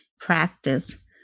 practice